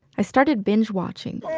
i started binge-watching.